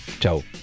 Ciao